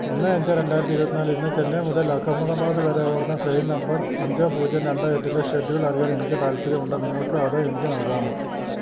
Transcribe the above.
ഒന്ന് അഞ്ച് രണ്ടായിരത്തി ഇരുപത്തി നാലിന് ചെന്നൈ മുതൽ അഹമ്മദാബാദ് വരെ ഓടുന്ന ട്രെയിൻ നമ്പർ അഞ്ച് പൂജ്യം രണ്ട് എട്ടിൻ്റെ ഷെഡ്യൂൾ അറിയാൻ എനിക്ക് താൽപ്പര്യമുണ്ട് നിങ്ങൾക്ക് അത് എനിക്ക് നൽകാമോ